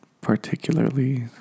particularly